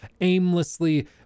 aimlessly